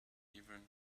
even